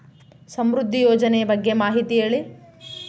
ಸಮೃದ್ಧಿ ಯೋಜನೆ ಬಗ್ಗೆ ಮಾಹಿತಿ ಹೇಳಿ?